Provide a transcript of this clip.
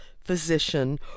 physician